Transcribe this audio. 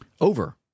over